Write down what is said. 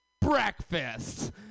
breakfast